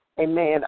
amen